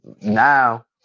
Now